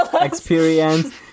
experience